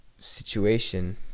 situation